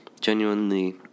genuinely